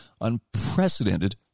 unprecedented